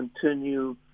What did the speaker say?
continue